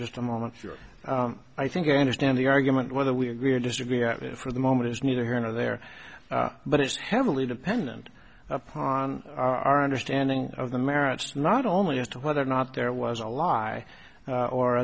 just a moment i think i understand the argument whether we agree or disagree for the moment is neither here nor there but it's heavily dependent upon our understanding of the merits not only as to whether or not there was a lie or